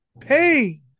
pain